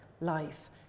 life